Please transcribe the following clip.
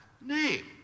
name